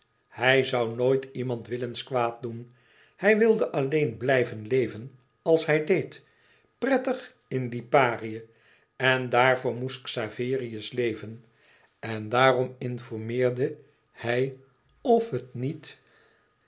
hij zoû nooit iemand willens kwaad doen hij wilde alleen blijven leven als hij deed prettig in liparië en daarvoor moest xaverius leven en daarom informeerde hij of het niet